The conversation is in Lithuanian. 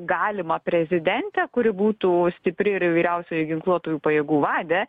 galimą prezidentę kuri būtų stipri ir ir vyriausioji ginkluotųjų pajėgų vadė